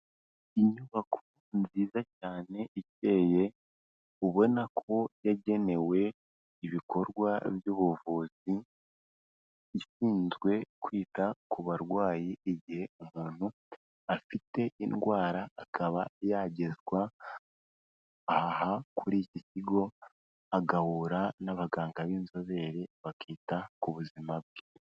Inyubako nziza cyane ikeye, ubona ko yagenewe ibikorwa by'ubuvuzi, ishinzwe kwita ku barwayi igihe umuntu afite indwara, akaba yagezwa aha kuri iki kigo agahura n'abaganga b'inzobere bakita ku buzima bwe.